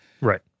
Right